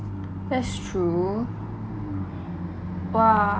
that's true !wah!